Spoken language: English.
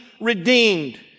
redeemed